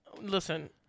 Listen